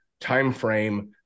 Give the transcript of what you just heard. timeframe